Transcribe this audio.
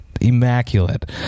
immaculate